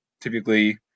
typically